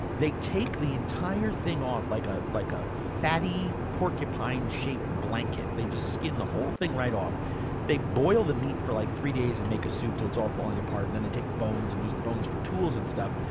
they take the entire thing off like ah like a fatty porcupine-shaped blanket. they just skin the whole thing right off they boil the meat for like three days and make a soup until it's all falling apart. and then they take the bones and use the bones for tools and stuff.